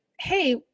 Hey